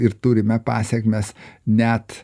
ir turime pasekmes net